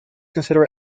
consider